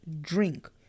drink